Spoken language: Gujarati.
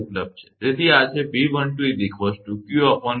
તેથી આ છે આ સમીકરણ 8 છે